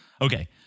Okay